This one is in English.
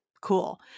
Cool